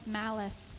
malice